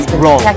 wrong